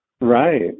Right